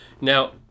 Now